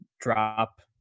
drop